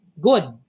good